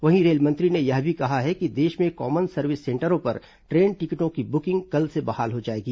वहीं रेल मंत्री ने यह भी कहा है कि देश में कॉमन सर्विस सेंटरों पर ट्रेन टिकटों की बुकिंग कल से बहाल हो जाएगी